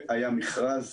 היה מכרז